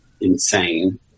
insane